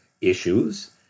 issues